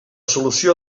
solució